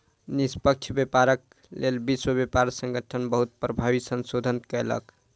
निष्पक्ष व्यापारक लेल विश्व व्यापार संगठन बहुत प्रभावी संशोधन कयलक